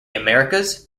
americas